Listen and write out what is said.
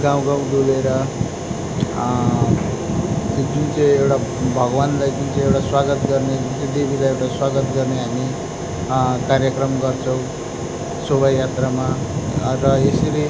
गाउँ गाउँ डुलेर त्यो जुन चाहिँ एउटा भगवान्लाई जुन चाहिँ एउटा स्वागत गर्ने जुन चाहिँ देवीलाई एउटा स्वागत गर्ने हामी कार्यक्रम गर्छौँ शोभायात्रामा र यसरी